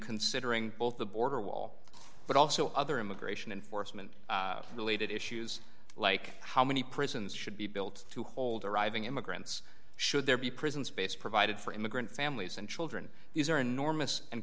considering both the border wall but also other immigration enforcement related issues like how many prisons should be built to hold arriving immigrants should there be prison space provided for immigrant families and children these a